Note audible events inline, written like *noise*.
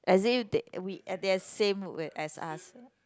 as if they we they are same *noise* as us